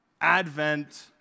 advent